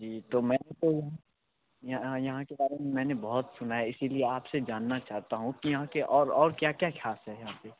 जी तो मैंने तो यहाँ यहाँ के बारे में मैंने बहुत सुना है इसीलिए आपसे जानना चाहता हूँ कि यहाँ के और और क्या क्या खास है यहाँ पर